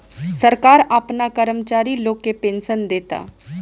सरकार आपना कर्मचारी लोग के पेनसन देता